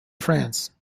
france